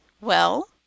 Well